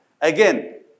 Again